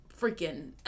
freaking